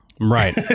Right